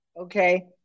Okay